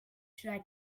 should